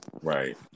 Right